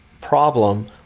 problem